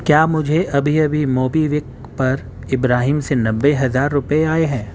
کیا مجھے ابھی ابھی موبی وک پر ابراہیم سے نبے ہزار روپے آئے ہیں